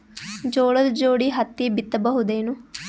ಜೋಳದ ಜೋಡಿ ಹತ್ತಿ ಬಿತ್ತ ಬಹುದೇನು?